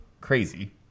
crazy